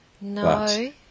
No